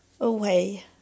away